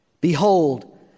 Behold